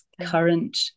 current